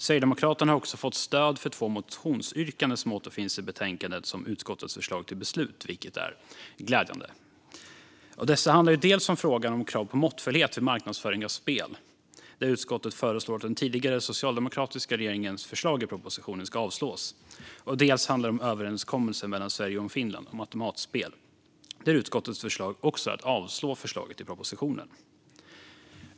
Sverigedemokraterna har också fått stöd för två motionsyrkanden som återfinns i betänkandet som utskottets förslag till beslut, vilket är glädjande. Det handlar dels om frågan om krav på måttfullhet vid marknadsföring av spel. Där föreslår utskottet att den tidigare, socialdemokratiska regeringens förslag i propositionen ska avslås. Dels handlar det om en överenskommelse mellan Sverige och Finland om automatspel, där utskottets förslag också är att avslå förslaget i propositionen.